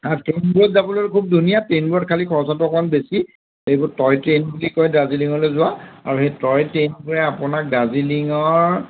ট্ৰেইনবোৰত যাবলৈ খুব ধুনীয়া ট্ৰেইনবোৰ খালী খৰচটো অকণমান বেছি এইবোৰ টয় ট্ৰেইন বুলি কয় দাৰ্জিলিঙলৈ যোৱা আৰু সেই টয় ট্ৰেইনবোৰে আপোনাক দাৰ্জিলিঙৰ